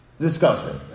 Disgusting